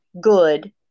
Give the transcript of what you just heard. good